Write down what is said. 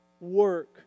work